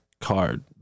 card